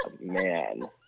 man